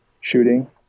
shooting